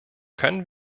können